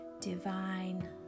divine